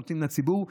נותנים לציבור.